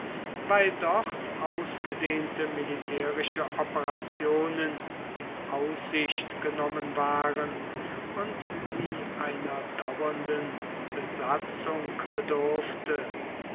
weil dort ausgedehnte militärische operationen in aussicht genommen waren und sie einer dauernden besatzung bedurfte